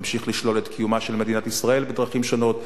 ממשיך לשלול את קיומה של מדינת ישראל בדרכים שונות,